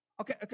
Okay